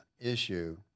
issue